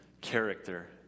character